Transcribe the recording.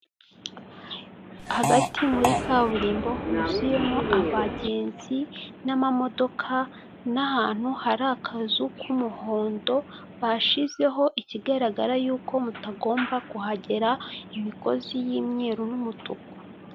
Uyu ni umuhanda ugezweho wa kaburimbo urimo imodoka zitandukanye ndetse n'abamotari, uyu muhanda ukaba uriho ibiti biyobora abantu bizwi nka feruje ndetse n'aho abanyamaguru bambukira hagati mu muhanda.